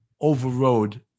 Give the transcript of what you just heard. overrode